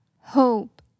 hope